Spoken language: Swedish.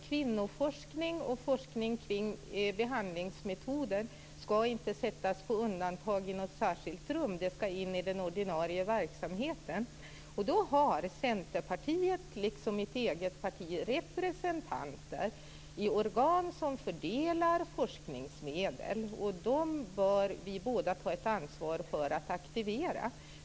Kvinnoforskning och forskning kring behandlingsmetoder skall inte sättas på undantag i något särskilt rum, utan det skall in i den ordinarie verksamheten. Centerpartiet har, liksom mitt eget parti, representanter i organ som fördelar forskningsmedel, och dem bör vi båda ta ett ansvar för att aktivera.